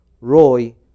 Roy